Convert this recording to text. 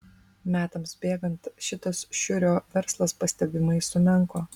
metams bėgant šitas šiurio verslas pastebimai sumenko